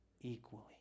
equally